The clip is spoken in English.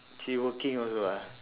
she working also ah